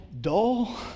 dull